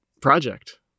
project